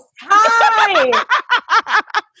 Hi